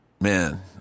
Man